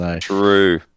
True